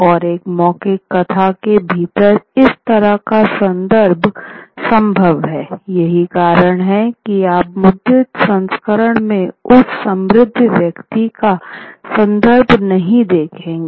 और एक मौखिक कथा के भीतर इस तरह का संदर्भ संभव है यही कारण है कि आप मुद्रित संस्करण में उस समृद्ध व्यक्ति का संदर्भ नहीं देखेंगे